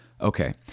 Okay